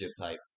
type